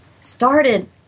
started